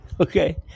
Okay